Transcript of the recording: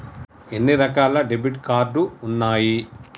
ఎన్ని రకాల debit card ఉన్నాయి?